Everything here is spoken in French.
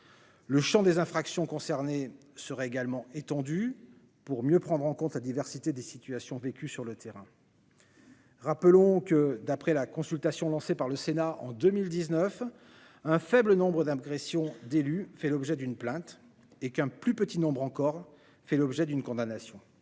Le Champ des infractions concernées sera également étendu pour mieux prendre en compte la diversité des situations vécues sur le terrain. Rappelons que d'après la consultation lancée par le Sénat en 2019 un faible nombre d'agressions, d'élus, fait l'objet d'une plainte et qu'un plus petit nombre encore fait l'objet d'une condamnation.